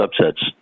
subsets